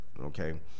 okay